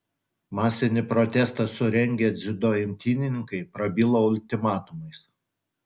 masinį protestą surengę dziudo imtynininkai prabilo ultimatumais